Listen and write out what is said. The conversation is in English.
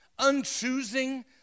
unchoosing